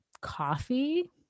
coffee